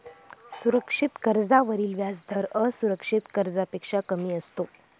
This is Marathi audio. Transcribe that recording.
सुरक्षित कर्जावरील व्याजदर असुरक्षित कर्जापेक्षा कमी असतो